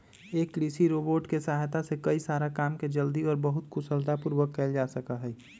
एक कृषि रोबोट के सहायता से कई सारा काम के जल्दी और बहुत कुशलता पूर्वक कइल जा सका हई